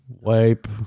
Wipe